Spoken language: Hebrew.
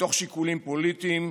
ומתוך שיקולים פוליטיים,